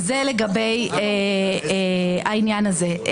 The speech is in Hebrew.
זה לגבי העניין הזה.